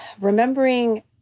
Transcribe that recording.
remembering